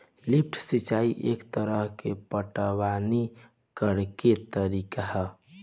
lift सिंचाई एक तरह के पटवनी करेके तरीका ह